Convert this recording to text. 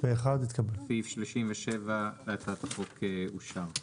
הצבעה אושר סעיף 37 להצעת החוק אושר.